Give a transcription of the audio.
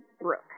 Brooke